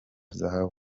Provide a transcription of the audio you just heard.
zahabu